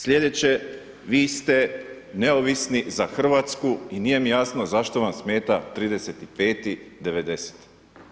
Slijedeće, vi ste Neovisni za Hrvatsku i nije mi jasno zašto vam smeta 30.5. 90-te?